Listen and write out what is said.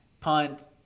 punt